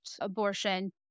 abortion